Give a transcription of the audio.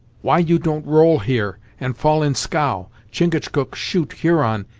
why you don't roll here, and fall in scow? chingachgook shoot huron,